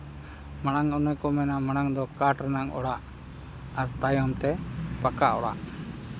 ᱢᱟᱲᱟᱝ ᱫᱚ ᱚᱱᱮ ᱠᱚ ᱢᱮᱱᱟ ᱢᱟᱲᱟᱝ ᱫᱚ ᱠᱟᱴᱷ ᱨᱮᱱᱟᱜ ᱚᱲᱟᱜ ᱟᱨ ᱛᱟᱭᱚᱢ ᱛᱮ ᱯᱟᱠᱟ ᱚᱲᱟᱜ